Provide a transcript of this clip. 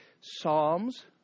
Psalms